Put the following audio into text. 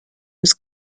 was